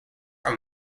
are